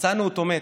מצאנו אותו מת,